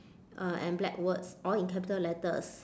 uh and black words all in capital letters